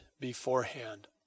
beforehand